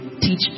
teach